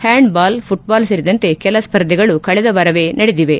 handball football ಸೇರಿದಂತೆ ಕೆಲ ಸ್ಪರ್ಧೆಗಳು ಕಳೆದ ವಾರವೇ ನಡೆದಿವೆ